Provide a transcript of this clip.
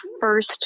first